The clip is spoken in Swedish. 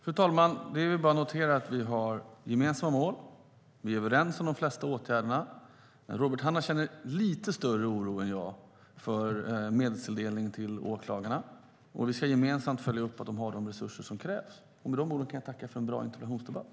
Fru talman! Det är bara att notera att vi har gemensamma mål. Vi är överens om de flesta åtgärderna, fast Robert Hannah känner lite större oro än jag för medelstilldelningen till åklagarna. Men vi ska gemensamt följa upp att de har de resurser som krävs. Med de orden tackar jag för en bra interpellationsdebatt.